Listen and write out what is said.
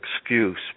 excuse